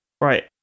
Right